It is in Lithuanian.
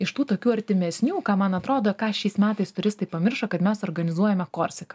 iš tų tokių artimesnių ką man atrodo ką šiais metais turistai pamiršo kad mes organizuojame korsiką